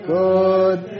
good